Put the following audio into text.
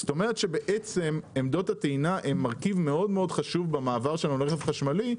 זאת אומרת שעמדות הטעינה הן מרכיב מאוד חשוב במעבר שלנו לרכב חשמלי,